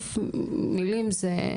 להוסיף מילים, זה.